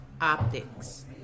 Optics